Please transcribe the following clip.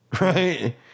right